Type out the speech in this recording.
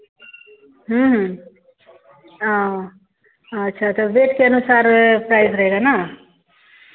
हाँ अच्छा तो वेट के अनुसार प्राइस रहेगा ना